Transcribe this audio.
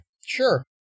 Sure